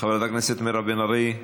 חברת הכנסת מירב בן ארי,